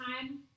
time